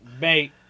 mate